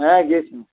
হ্যাঁ গিয়েছি